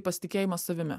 pasitikėjimas savimi